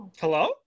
Hello